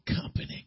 company